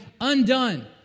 undone